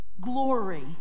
glory